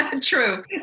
True